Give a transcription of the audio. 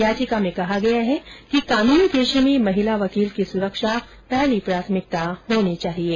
याचिका में कहा गया है कि कानूनी पेर्श में महिला वकील की सुरक्षा पहली प्राथमिकता होनी चाहिये